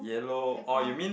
background